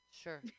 Sure